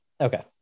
Okay